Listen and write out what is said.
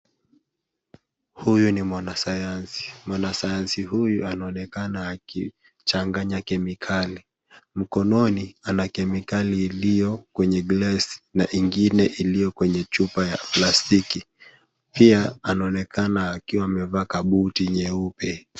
Huyu ni mwana sayansi, mwanasayansi huyo anaonekana akichanganya kemikakali. mkononi ana kemikali iliyo kwenye glesi na ingine iliyo kwenye chupa ya plastiki, pia anaonkana akiwa amevaa kabuti nyeupe.